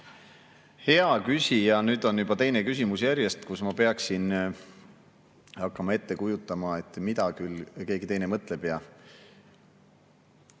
Hea küsija! Nüüd on juba teine küsimus järjest, kus ma peaksin hakkama ette kujutama, mida küll keegi teine mõtleb.